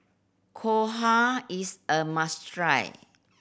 dhokla is a must try